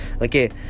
okay